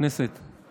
הכנסת אחמד טיבי.